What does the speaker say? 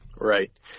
Right